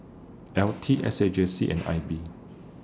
L T S A J C and I B